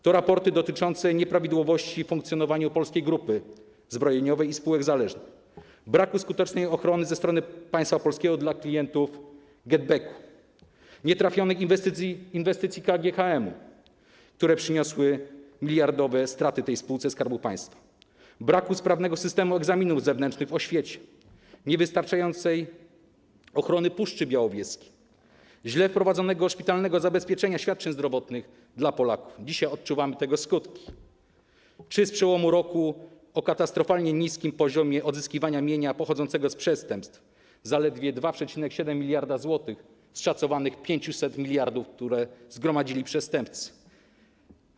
To raporty dotyczące nieprawidłowości w funkcjonowaniu polskiej grupy zbrojeniowej i spółek zależnych, braku skutecznej ochrony ze strony państwa polskiego dla klientów GetBacku, nietrafionych inwestycji KGHM-u, które przyniosły miliardowe straty tej spółce Skarbu Państwa, braku sprawnego systemu egzaminów zewnętrznych w oświacie, niewystarczającej ochrony Puszczy Białowieskiej, źle wprowadzonego szpitalnego zabezpieczenia świadczeń zdrowotnych dla Polaków - dzisiaj odczuwamy tego skutki - czy, z przełomu roku, o katastrofalnie niskim poziomie odzyskiwania mienia pochodzącego z przestępstw, zaledwie 2,7 mld zł z szacowanych 500 mld, które zgromadzili przestępcy.